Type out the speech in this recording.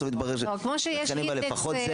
בסוף מתברר לפחות זה.